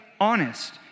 honest